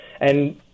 And-